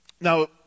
Now